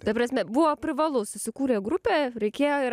ta prasme buvo privalu susikūrė grupė reikėjo ir